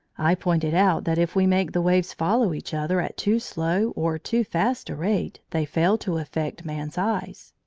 i pointed out that if we make the waves follow each other at too slow or too fast a rate they fail to affect man's eyes.